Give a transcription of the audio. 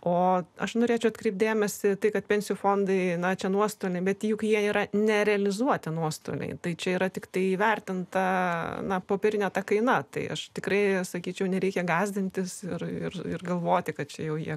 o aš norėčiau atkreipti dėmesį kad pensijų fondai na čia nuostoliai bet juk jie yra nerealizuoti nuostoliai tai čia yra tiktai įvertinta na popierinė ta kai na tai aš tikrai sakyčiau nereikia gąsdintis ir ir galvoti kad jau jie